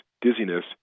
dizziness